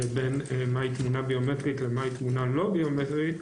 בין מהי תמונה ביומטרית ומהי תמונה לא ביומטרית,